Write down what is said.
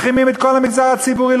מחרימים את כל המגזר הציבורי,